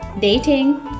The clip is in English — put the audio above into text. dating